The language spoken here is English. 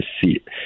seat